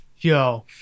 yo